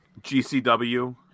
GCW